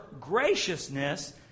graciousness